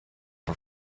for